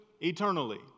eternally